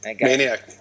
Maniac